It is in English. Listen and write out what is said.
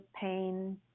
pain